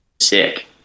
sick